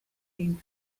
came